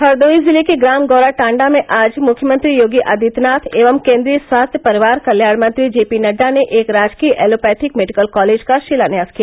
हरदोई जिले के ग्राम गौरा टांडा में आज मुख्यमंत्री योगी आदित्यनाथ एवं केन्द्रीय स्वास्थ्य परिवार कल्याण मंत्री जेपी नड्डा ने एक राजकीय एलोपैथिक मेडिकल कॉलेज का शिलान्यास किया